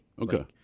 Okay